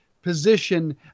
position